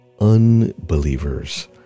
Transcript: unbelievers